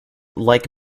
like